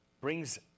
brings